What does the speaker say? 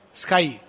sky